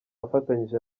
afatanyije